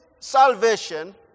salvation